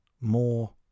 more